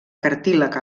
cartílag